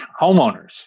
homeowners